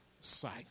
sight